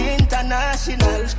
international